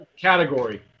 Category